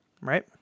Right